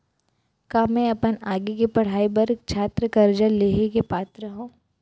का मै अपन आगे के पढ़ाई बर छात्र कर्जा लिहे के पात्र हव?